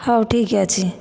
ହେଉ ଠିକ ଅଛି